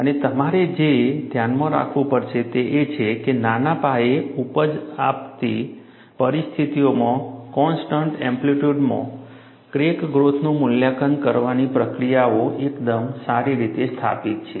અને તમારે જે ધ્યાનમાં રાખવું પડશે તે એ છે કે નાના પાયે ઉપજ આપતી પરિસ્થિતિઓમાં કોન્સ્ટન્ટ એમ્પ્લિટ્યૂડમાં ક્રેક ગ્રોથનું મૂલ્યાંકન કરવાની પ્રક્રિયાઓ એકદમ સારી રીતે સ્થાપિત છે